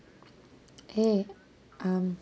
eh um